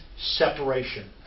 separation